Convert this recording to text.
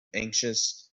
anxious